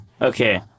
Okay